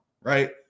right